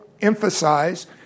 emphasize